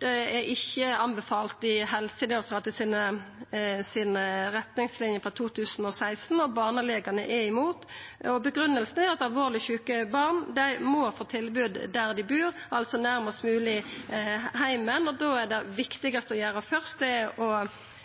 Det er ikkje anbefalt i Helsedirektoratet sine retningslinjer frå 2016, og barnelegane er imot. Grunngjevinga er at alvorleg sjuke barn må få tilbod der dei bur, altså nærmast mogleg heimen. Det viktigaste å gjera først da er å prioritera barnepalliative team i det